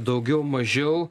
daugiau mažiau